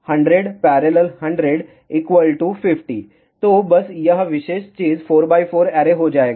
100 50 तो बस यह विशेष चीज 4 x 4 ऐरे हो जाएगा